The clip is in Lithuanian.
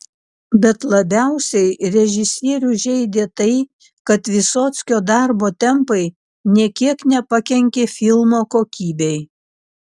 bet labiausiai režisierių žeidė tai kad vysockio darbo tempai nė kiek nepakenkė filmo kokybei